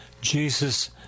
Jesus